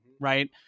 right